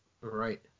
Right